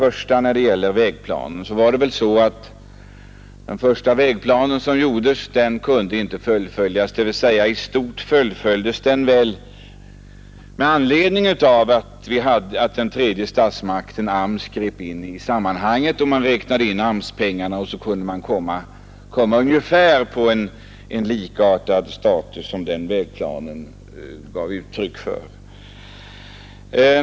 Då det gäller vägplanen var det väl så att den första vägplanen inte kunde fullföljas — dvs. i stort fullföljdes den med anledning av att ”den tredje statsmakten” AMS grep in i sammanhanget och man räknade in AMS-pengarna, så att man kunde komma på en status som var ungefär likartad med den som vägplanen gav uttryck för.